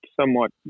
somewhat